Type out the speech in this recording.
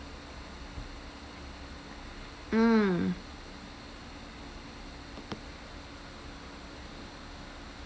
mm